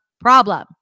problem